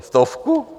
Stovku?